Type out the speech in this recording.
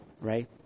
right